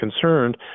concerned